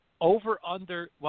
over-under –